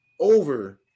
over